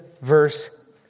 verse